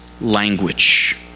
language